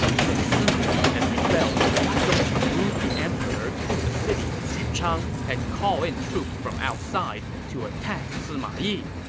since sima yi has rebelled, why don't you move the emperor to the city of xuchang, and call in troops from outside to attack sima yi?